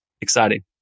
exciting